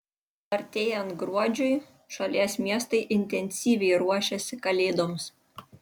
artėjant gruodžiui šalies miestai intensyviai ruošiasi kalėdoms